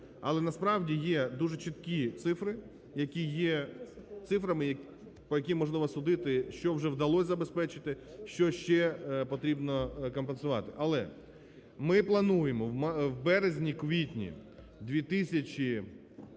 Але насправді є дуже чіткі цифри, які є цифрами, по яким можливо судити, що вже вдалося забезпечити, що ще потрібно компенсувати? Але ми плануємо в березні, квітні 2017 року